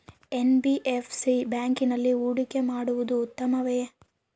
NBFC ಬ್ಯಾಂಕಿನಲ್ಲಿ ಹೂಡಿಕೆ ಮಾಡುವುದು ಉತ್ತಮವೆ?